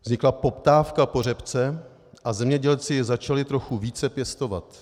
Vznikla poptávka po řepce a zemědělci ji začali trochu více pěstovat.